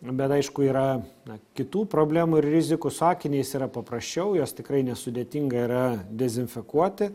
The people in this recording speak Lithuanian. bet aišku yra na kitų problemų ir rizikų su akiniais yra paprasčiau juos tikrai nesudėtinga yra dezinfekuoti